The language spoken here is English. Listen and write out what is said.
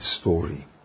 story